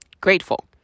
Grateful